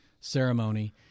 ceremony